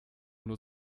nur